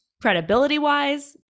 credibility-wise